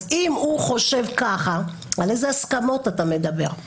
אז אם הוא חושב ככה, על איזה הסכמות אתה מדבר?